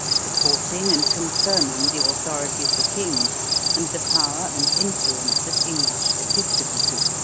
supporting and confirming the authority of the king and the power and influence of english episcopacy.